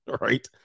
right